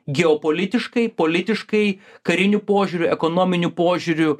geopolitiškai politiškai kariniu požiūriu ekonominiu požiūriu